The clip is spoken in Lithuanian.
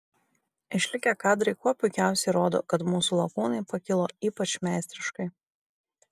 išlikę kadrai kuo puikiausiai įrodo kad mūsų lakūnai pakilo ypač meistriškai